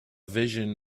vision